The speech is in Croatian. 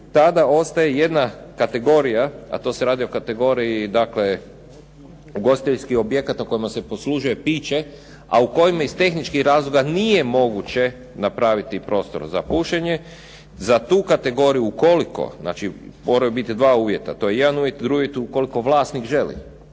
tada ostaje jedna kategorija, a to se radi o kategoriji ugostiteljskih objekata u kojima se poslužuje piće, a u kojima iz tehničkih razloga nije moguće napraviti prostor za pušenje, za tu kategoriju ukoliko, znači moraju biti dva uvjeta, to je jedan uvije. Drugi uvjet je ukoliko vlasnik želi